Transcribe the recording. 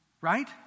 right